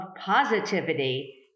positivity